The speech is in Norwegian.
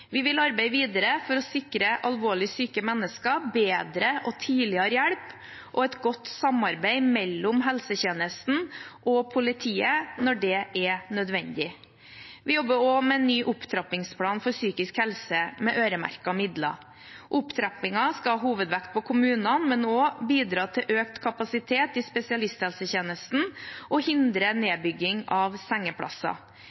Vi vil arbeide videre for å sikre alvorlig syke mennesker bedre og tidligere hjelp og et godt samarbeid mellom helsetjenesten og politiet når det er nødvendig. Vi jobber også med en ny opptrappingsplan for psykisk helse med øremerkede midler. Opptrappingen skal ha hovedvekt på kommunene, men også bidra til økt kapasitet i spesialisthelsetjenesten og hindre